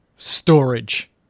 Storage